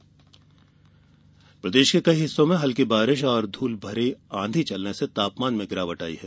मौसम प्रदेश के कई हिस्सों में हल्की बारिश और धूल भरी आंधी चलने से तापमान में गिरावट आई है